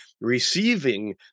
receiving